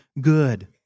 good